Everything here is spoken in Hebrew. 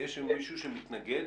יש מישהו שמתנגד